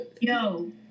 Yo